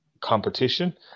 competition